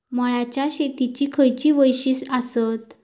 मळ्याच्या शेतीची खयची वैशिष्ठ आसत?